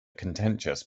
contentious